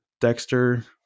Dexter